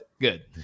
good